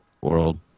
world